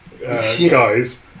guys